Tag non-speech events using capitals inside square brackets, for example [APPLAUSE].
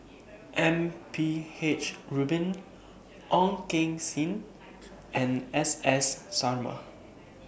[NOISE] M P H Rubin Ong Keng Sen and S S Sarma